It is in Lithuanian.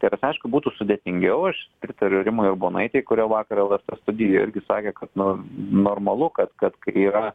tai tas aišku būtų sudėtingiau aš pritariu rimai urbonaitei kurio vakar lrt studijoj irgi sakė kad nu normalu kad kad kai yra